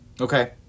okay